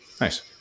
nice